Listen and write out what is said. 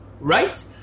right